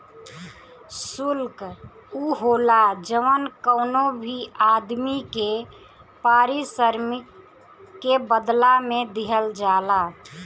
शुल्क उ होला जवन कवनो भी आदमी के पारिश्रमिक के बदला में दिहल जाला